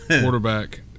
quarterback